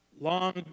long